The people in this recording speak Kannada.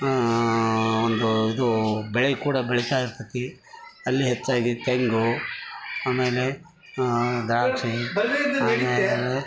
ಒಂದು ಇದು ಬೆಳೆ ಕೂಡ ಬೆಳಿತಾ ಇರ್ತದೆ ಅಲ್ಲಿ ಹೆಚ್ಚಾಗಿ ತೆಂಗು ಆಮೇಲೆ ದ್ರಾಕ್ಷಿ ಆಮೇಲೆ